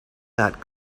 that